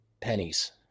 pennies